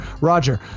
Roger